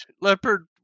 Leopard